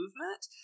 movement